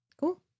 Cool